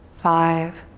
five,